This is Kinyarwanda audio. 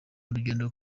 urugendo